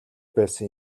байсан